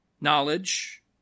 Knowledge